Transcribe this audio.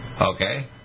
Okay